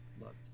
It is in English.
loved